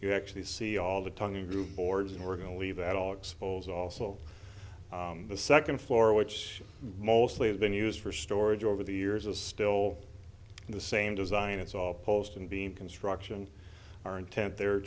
you actually see all the tongue and groove boards and we're going to leave that all expose also the second floor which mostly has been used for storage over the years is still the same design it's all post and beam construction our intent there